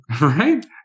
Right